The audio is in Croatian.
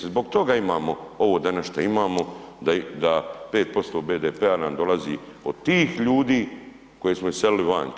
Zbog toga imamo ovo danas šta imamo da 5% BDP-a nam dolazi od tih ljudi koje smo iselili vanka.